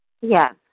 Yes